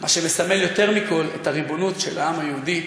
מה שמסמל יותר מכול את הריבונות של העם היהודי,